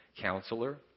Counselor